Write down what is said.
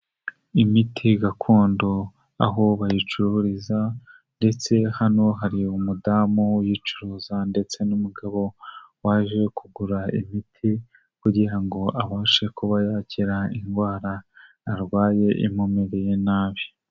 Imiti gakondo aho bayicururiza, ndetse hano hari umudamu uyicuruza, ndetse n'umugabo waje kugura imiti kugira ngo abashe kuba yakira indwara arwaye imumereye nabi.